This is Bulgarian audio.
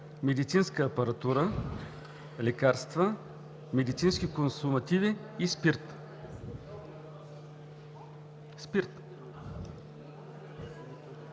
„медицинска апаратура, лекарства, медицински консумативи и спирт“.